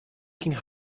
qing